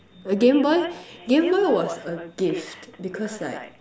uh game boy game boy was a gift because like